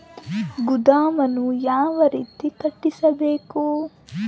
ಗೋದಾಮನ್ನು ಯಾವ ರೇತಿ ಕಟ್ಟಿಸಬೇಕು?